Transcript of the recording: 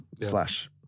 slash